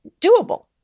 doable